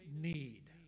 need